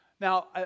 Now